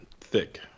thick